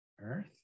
earth